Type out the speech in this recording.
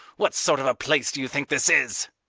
what sort of a place do you think this is?